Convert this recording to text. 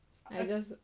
I just